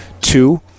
Two